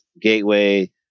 Gateway